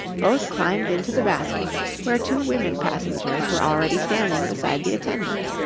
both climbed into the basket where two women passengers were already standing beside the attendant.